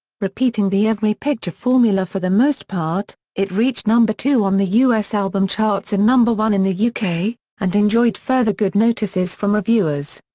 repeating the every picture formula for the most part, it reached number two on the us album charts and number one in the yeah uk, and enjoyed further good notices from reviewers.